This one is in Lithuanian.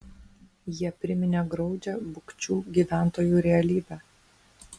jie priminė graudžią bukčių gyventojų realybę